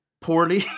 poorly